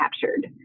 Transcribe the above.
captured